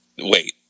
Wait